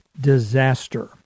disaster